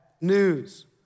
news